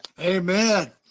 Amen